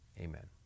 Amen